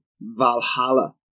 Valhalla